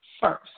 first